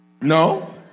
no